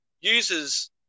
users